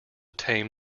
tame